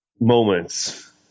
moments